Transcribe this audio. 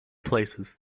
places